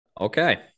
Okay